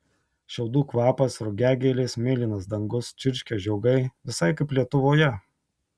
šiaudų kvapas rugiagėlės mėlynas dangus čirškia žiogai visai kaip lietuvoje